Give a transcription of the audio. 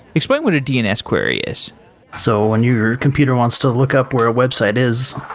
explain what a dns query is so when your computer wants to look up where a website is,